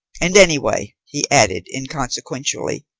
and anyway, he added inconsequently,